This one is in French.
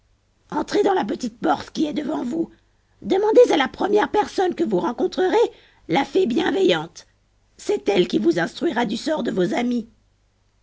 entrez dans la petite porte qui est devant vous demandez à la première personne que vous rencontrerez la fée bienveillante c'est elle qui vous instruira du sort de vos amis